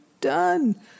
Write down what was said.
done